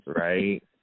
right